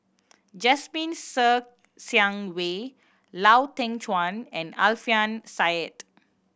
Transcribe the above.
Jasmine Ser Xiang Wei Lau Teng Chuan and Alfian Sa'at